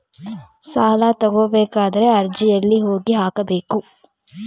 ಸಾಲ ತಗೋಬೇಕಾದ್ರೆ ಅರ್ಜಿ ಎಲ್ಲಿ ಹೋಗಿ ಹಾಕಬೇಕು?